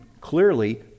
clearly